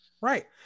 Right